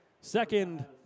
Second